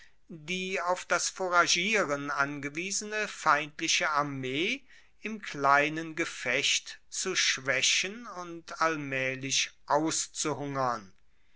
die auf das fouragieren angewiesene feindliche armee im kleinen gefecht zu schwaechen und allmaehlich